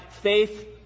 faith